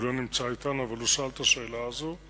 הוא לא נמצא אתנו אבל הוא שאל את השאלה הזאת,